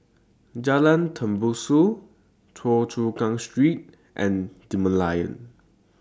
Jalan Tembusu Choa Chu Kang Street and The Merlion